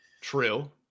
true